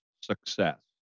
success